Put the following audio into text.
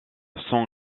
sans